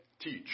teach